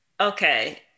okay